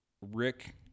Rick